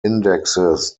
indexes